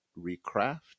recraft